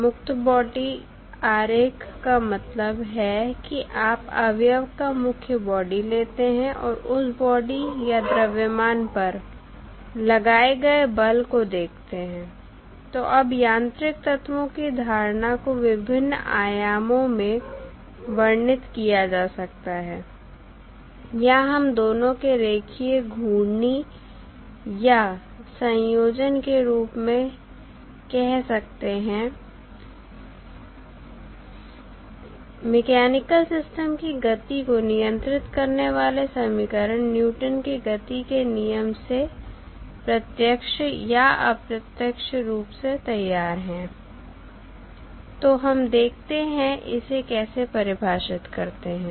मुक्त बॉडी आरेख का मतलब है कि आप अवयव का मुख्य बॉडी लेते हैं और उस बॉडी या द्रव्यमान पर लगाए गए बल को देखते हैं तो अब यांत्रिक तत्वों की धारणा को विभिन्न आयामों में वर्णित किया जा सकता है या हम दोनों के रेखीय घूर्णी या संयोजन के रूप में कह सकते हैं मैकेनिकल सिस्टम की गति को नियंत्रित करने वाले समीकरण न्यूटन के गति के नियम से प्रत्यक्ष या अप्रत्यक्ष रूप से तैयार हैं तो हम देखते हैं इसे कैसे परिभाषित करते हैं